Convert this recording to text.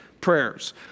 prayers